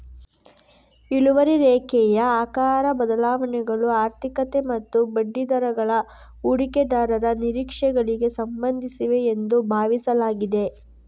ಇಳುವರಿ ರೇಖೆಯ ಆಕಾರ ಬದಲಾವಣೆಗಳು ಆರ್ಥಿಕತೆ ಮತ್ತು ಬಡ್ಡಿದರಗಳ ಹೂಡಿಕೆದಾರರ ನಿರೀಕ್ಷೆಗಳಿಗೆ ಸಂಬಂಧಿಸಿವೆ ಎಂದು ಭಾವಿಸಲಾಗಿದೆ